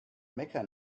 mecca